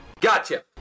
Gotcha